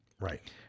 Right